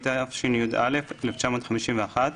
התשי"א 1951‏,